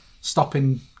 stopping